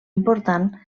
important